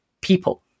people